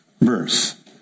verse